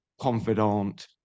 confidant